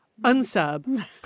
unsub